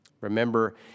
Remember